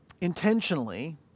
intentionally